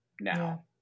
now